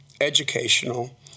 educational